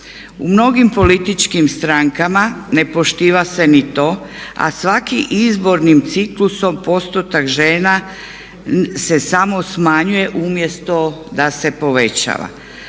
U mnogim političkim strankama ne poštiva se ni to, a svaki izbornim ciklusom postotak žena se samo smanjuje umjesto da se povećava